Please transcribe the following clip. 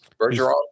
Bergeron